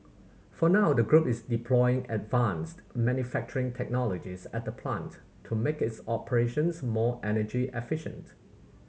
for now the group is deploying advanced manufacturing technologies at the plant to make its operations more energy efficient